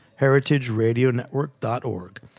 heritageradionetwork.org